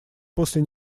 после